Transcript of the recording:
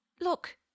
look